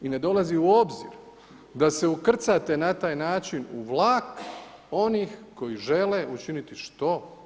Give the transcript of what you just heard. I ne dolazi u obzir da se ukrcate na taj način u vlak onih koji žele učiniti što?